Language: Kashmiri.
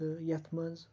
تہٕ یتھ منٛز